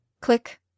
Click